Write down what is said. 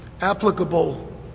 applicable